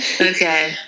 Okay